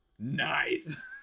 Nice